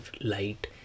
light